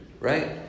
right